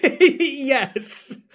Yes